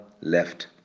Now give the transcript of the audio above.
left